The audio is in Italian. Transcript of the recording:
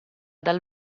dal